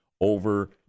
over